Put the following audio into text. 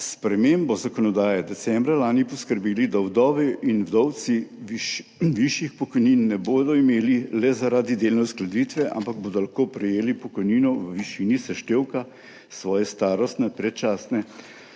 spremembo zakonodaje decembra lani poskrbeli, da vdove in vdovci višjih pokojnin ne bodo imeli le zaradi delne uskladitve, ampak bodo lahko prejeli pokojnino v višini seštevka svoje starostne, predčasne